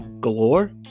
Galore